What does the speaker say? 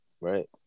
right